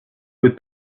with